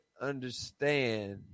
understand